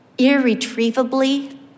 irretrievably